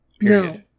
No